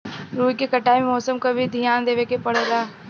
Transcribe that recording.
रुई के कटाई में मौसम क भी धियान देवे के पड़ेला